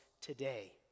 today